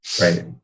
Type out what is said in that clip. Right